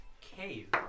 cave